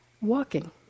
walking